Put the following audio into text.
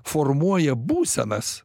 formuoja būsenas